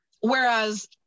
whereas